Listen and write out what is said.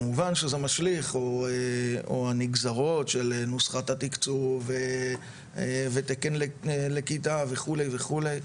כמובן שזה משליך או הנגזרות של נוסחת התקצוב ותקן לכיתה וכולי וכולי,